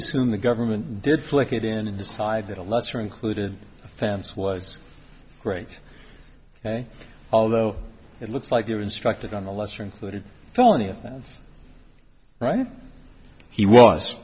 assume the government did flick it in and decide that a lesser included offense was great although it looks like they were instructed on the lesser included felony offense right he was